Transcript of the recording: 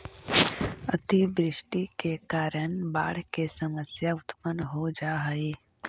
अतिवृष्टि के कारण बाढ़ के समस्या उत्पन्न हो जा हई